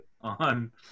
on